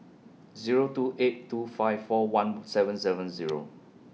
Zero two eight two five four one seven seven Zero